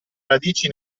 radici